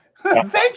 Thank